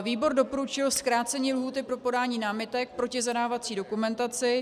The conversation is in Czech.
Výbor doporučil zkrácení lhůty pro podání námitek proti zadávací dokumentaci.